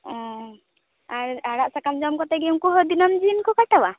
ᱳᱸ ᱟᱨ ᱟᱲᱟᱜ ᱥᱟᱠᱟᱢ ᱡᱚᱢ ᱠᱟᱛᱮᱜᱮ ᱩᱱᱠᱩᱦᱚᱸ ᱫᱤᱱᱟᱹᱢ ᱫᱤᱱᱠᱚ ᱠᱟᱴᱟᱣᱟ